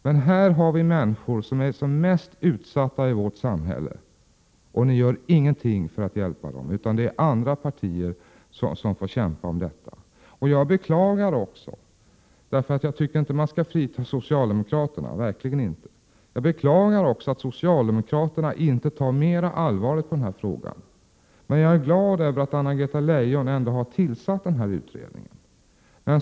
Men här har vi människor när de är som mest utsatta i vårt samhälle — och ni gör ingenting för att hjälpa dem, utan det är andra partier som får kämpa. Jag beklagar också att socialdemokraterna — för jag tycker verkligen inte att de skall fritas — inte tar mer allvarligt på den här frågan. Men jag är glad därför att Anna-Greta Leijon ändå har tillsatt den här utredningen.